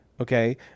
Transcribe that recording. okay